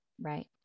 Right